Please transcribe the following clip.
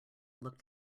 looked